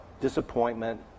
disappointment